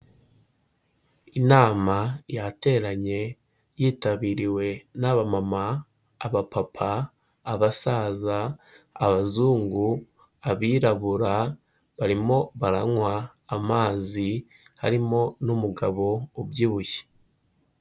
Inama yateranye yitabiriwe n'abamama, abapapa, abasaza, Abazungu, Abirabura, barimo baranywa amazi, harimo n'umugabo ubyibushye.